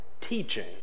teaching